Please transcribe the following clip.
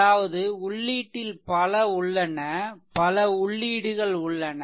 அதாவது உள்ளீட்டில் பல உள்ளன பல உள்ளீடுகள் உள்ளன